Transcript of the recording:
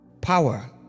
Power